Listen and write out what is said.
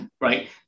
right